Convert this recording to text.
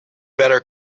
better